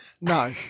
no